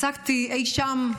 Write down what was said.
מצאתי אי-שם,